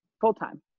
full-time